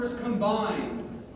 combined